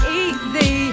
easy